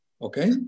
Okay